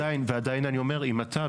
ועדיין אני אומר שאם אתה,